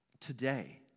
today